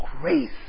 grace